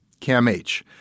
CAMH